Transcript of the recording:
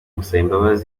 gusaba